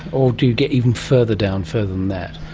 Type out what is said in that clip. or do you get even further down, further than that?